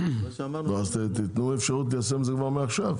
אז תתנו אפשרות ליישם את זה כבר מעכשיו.